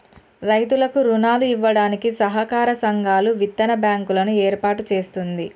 రైతులకు రుణాలు ఇవ్వడానికి సహకార సంఘాలు, విత్తన బ్యాంకు లను ఏర్పాటు చేస్తుంది